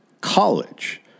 college